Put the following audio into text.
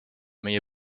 meie